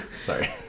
sorry